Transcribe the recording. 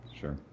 sure